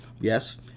Yes